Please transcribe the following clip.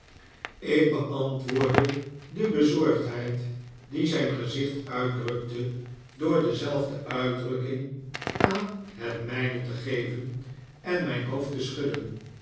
ik beantwoordde de bezorgdheid die zijn gezicht uitdrukte door dezelfde uitdrukking aan het mijne te geven en mijn hoofd te schudden